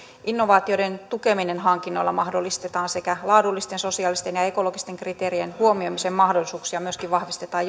innovaatioiden tukeminen hankinnoilla mahdollistetaan sekä laadullisten sosiaalisten ja ekologisten kriteerien huomioimisen mahdollisuuksia myöskin vahvistetaan